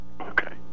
Okay